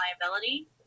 liability